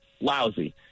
lousy